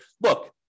look